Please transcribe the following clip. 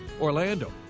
Orlando